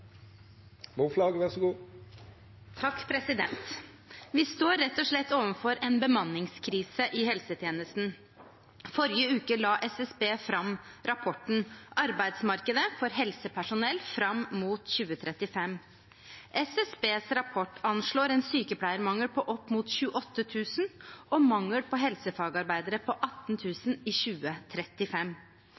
slett overfor en bemanningskrise i helsetjenesten. Forrige uke la SSB fram rapporten Arbeidsmarkedet for helsepersonell fram mot 2035. SSBs rapport anslår en sykepleiermangel på opp mot 28 000 og en mangel på helsefagarbeidere på 18 000 i 2035.